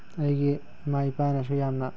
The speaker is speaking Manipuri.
ꯑꯩꯒꯤ ꯏꯃꯥ ꯏꯄꯥꯅꯁꯨ ꯌꯥꯝꯅ